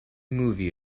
movie